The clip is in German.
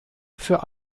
für